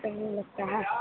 ये सभी लगता है